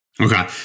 okay